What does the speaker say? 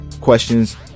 questions